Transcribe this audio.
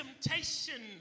temptation